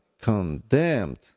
condemned